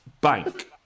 bank